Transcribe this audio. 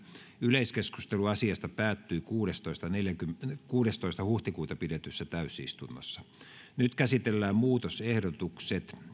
yleiskeskustelu asiasta päättyi kuudestoista neljättä kaksituhattakaksikymmentä pidetyssä täysistunnossa nyt käsitellään muutosehdotukset